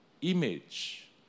image